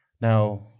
Now